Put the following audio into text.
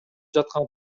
жаткан